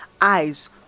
eyes